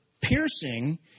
piercing